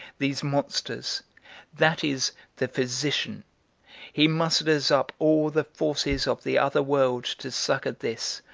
these monsters that is, the physician he musters up all the forces of the other world to succour this,